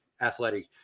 athletic